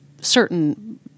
certain